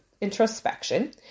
introspection